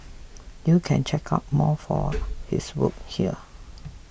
you can check out more for his work here